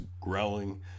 growling